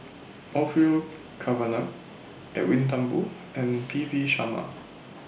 Orfeur Cavenagh Edwin Thumboo and P V Sharma